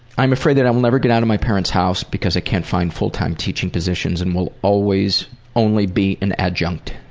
i'm afraid that i will never get out of my parents' house because i can't find fulltime teaching positions and will always only be an adjunct.